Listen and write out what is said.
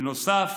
בנוסף,